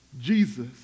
Jesus